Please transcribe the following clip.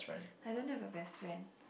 I don't know if we're best friend